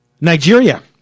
Nigeria